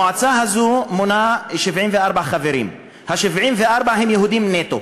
המועצה הזו מונה 74 חברים, ה-74 הם יהודים נטו.